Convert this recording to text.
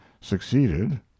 succeeded